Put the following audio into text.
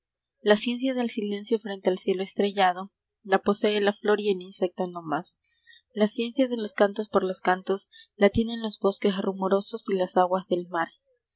la ciencia del silencio frente al cielo estrellado la p posee la ñor y el insecto no más ciencia de los cantos por los cantos la tienen y s bosques rumorosos as aguas del mar